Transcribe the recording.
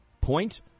point